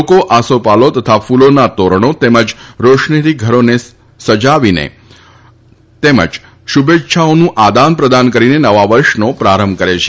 લોકો આસોપાલવ અને કુલોના તોરણો તેમજ રોશનીથી ઘરોને સજાવીને તથા શુભેચ્છાઓનું આદાન પ્રદાન કરીને નવા વર્ષનો પ્રારંભ કરે છે